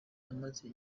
amaze